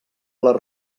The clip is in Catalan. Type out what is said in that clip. les